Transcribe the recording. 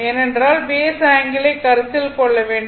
ஏனென்றால் பேஸ் ஆங்கிளை கருத்தில் கொள்ள வேண்டும்